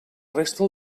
resta